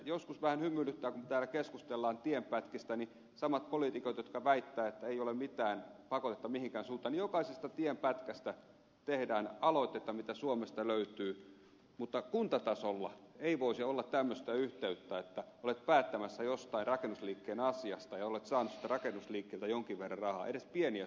joskus vähän hymyilyttää kun täällä keskustellaan tienpätkistä samat poliitikot jotka väittävät että ei ole mitään pakotetta mihinkään suuntaan että jokaisesta tienpätkästä mitä suomesta löytyy tehdään aloitetta mutta kuntatasolla ei voisi olla tämmöistä yhteyttä että olet päättämässä jostain rakennusliikkeen asiasta ja olet saanut siltä rakennusliikkeeltä jonkin verran rahaa edes pieniä summia